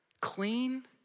clean